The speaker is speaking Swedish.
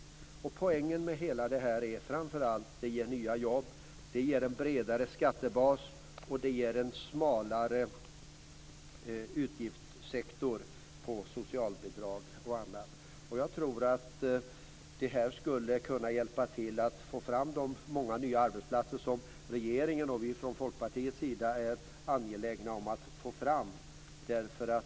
Den viktigaste poängen med allt detta är att det ger nya jobb. Det ger en bredare skattebas, och det ger en smalare utgiftssektor när det gäller socialbidrag och annat. Jag tror att detta skulle kunna hjälpa till att få fram de många nya arbetsplatser som regeringen och vi från Folkpartiets sida är angelägna om att få fram.